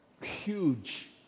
huge